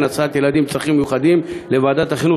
הסעת ילדים עם צרכים מיוחדים לוועדת החינוך,